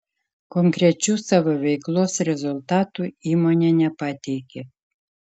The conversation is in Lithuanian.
konkrečių savo veiklos rezultatų įmonė nepateikė